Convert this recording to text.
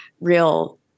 real